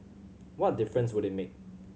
what difference would it make